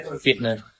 fitness